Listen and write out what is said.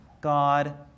God